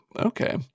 Okay